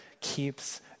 keeps